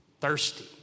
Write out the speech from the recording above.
thirsty